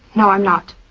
no, i'm not.